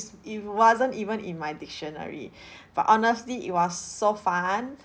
it wasn't even in my dictionary but honestly it was so fun